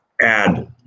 add